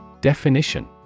Definition